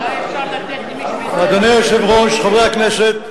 אדוני היושב-ראש, חברי הכנסת,